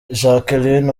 jacqueline